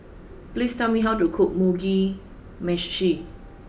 please tell me how to cook Mugi meshi